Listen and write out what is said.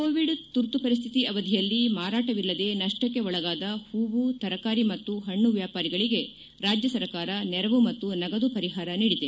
Covid ತುರ್ತು ಪರಿ್ಕಿತಿ ಅವಧಿಯಲ್ಲಿ ಮಾರಾಟವಿಲ್ಲದೆ ನಷ್ಟಕ್ಕೆ ಒಳಗಾದ ಹೂವು ತರಕಾರಿ ಮತ್ತು ಹಣ್ಣು ವ್ಯಾಪಾರಿಗಳಿಗೆ ರಾಜ್ಯ ಸರ್ಕಾರ ನೆರವು ಮತ್ತು ನಗದು ಪರಿಹಾರ ನೀಡಿದೆ